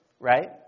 Right